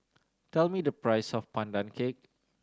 tell me the price of Pandan Cake